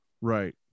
Right